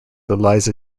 eliza